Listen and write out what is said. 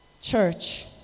Church